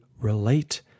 relate